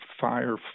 fire